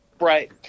Right